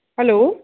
hello